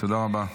תודה רבה.